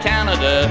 Canada